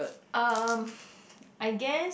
uh I guess